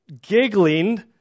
giggling